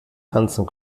tanzen